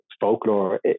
folklore